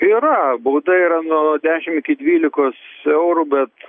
yra bauda yra nuo dešim iki dvylikos eurų bet